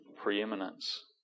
preeminence